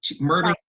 murder